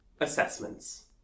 assessments